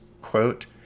quote